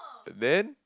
then